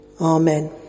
Amen